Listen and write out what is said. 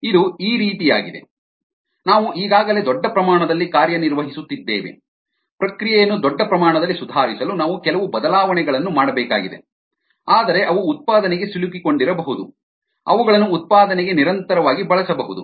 ಇದು ಈ ರೀತಿಯಾಗಿದೆ ನಾವು ಈಗಾಗಲೇ ದೊಡ್ಡ ಪ್ರಮಾಣದಲ್ಲಿ ಕಾರ್ಯನಿರ್ವಹಿಸುತ್ತಿದ್ದೇವೆ ಪ್ರಕ್ರಿಯೆಯನ್ನು ದೊಡ್ಡ ಪ್ರಮಾಣದಲ್ಲಿ ಸುಧಾರಿಸಲು ನಾವು ಕೆಲವು ಬದಲಾವಣೆಗಳನ್ನು ಮಾಡಬೇಕಾಗಿದೆ ಆದರೆ ಅವು ಉತ್ಪಾದನೆಗೆ ಸಿಲುಕಿಕೊಂಡಿರಬಹುದು ಅವುಗಳನ್ನು ಉತ್ಪಾದನೆಗೆ ನಿರಂತರವಾಗಿ ಬಳಸಬಹುದು